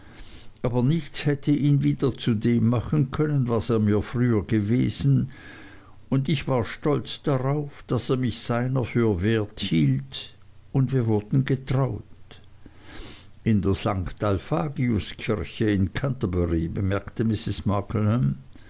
aber nichts hätte ihn wieder zu dem machen können was er mir früher gewesen und ich war stolz darauf daß er mich seiner für wert hielt und wir wurden getraut in der st alphagiuskirche in canterbury bemerkte mrs